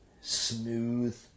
smooth